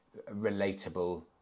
relatable